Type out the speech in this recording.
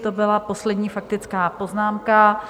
To byla poslední faktická poznámka.